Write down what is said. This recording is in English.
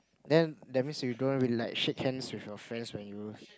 then that means you don't really like shake hands with your friends when you